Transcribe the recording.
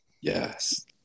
yes